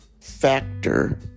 factor